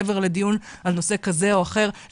מעבר לדיון על נושא כזה או אחר,